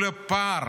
נוכח הפער